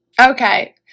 Okay